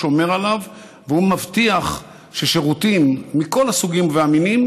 הוא שומר עליו והוא מבטיח ששירותים מכל הסוגים והמינים